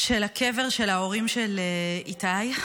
של הקבר של ההורים של איתי,